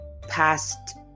past